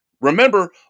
Remember